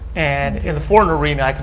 and in the former arena,